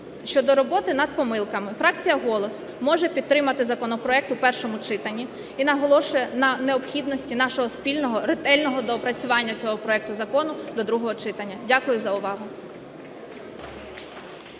щодо роботи над помилками фракція "Голос" може підтримати законопроект у першому читанні. І наголошує на необхідності нашого спільного ретельного доопрацювання цього проекту закону до другого читання. Дякую за увагу.